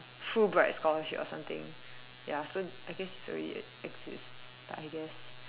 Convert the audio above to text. Fullbright scholarship or something ya so I guess it's already exist but I guess